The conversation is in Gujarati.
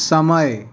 સમય